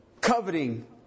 coveting